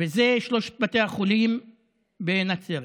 שלושת בתי החולים בנצרת.